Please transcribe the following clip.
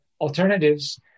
alternatives